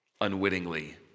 unwittingly